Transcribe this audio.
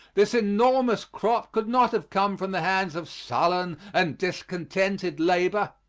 this enormous crop could not have come from the hands of sullen and discontented labor.